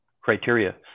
criteria